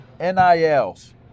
NILs